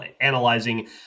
analyzing